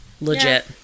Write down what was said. Legit